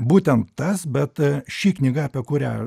būtent tas bet ši knyga apie kurią